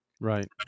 Right